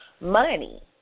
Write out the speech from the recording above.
money